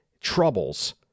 troubles